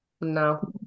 No